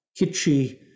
kitschy